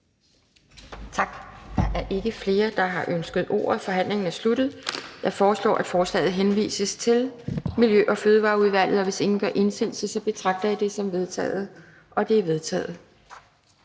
Da der ikke er flere, der bedt om ordet, er forhandlingen sluttet. Jeg foreslår, at lovforslaget henvises til Miljø- og Fødevareudvalget. Hvis ingen gør indsigelse, betragter jeg det som vedtaget. Det er vedtaget.